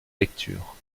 lecture